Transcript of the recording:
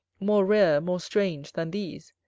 more rare, more strange than these,